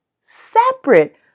separate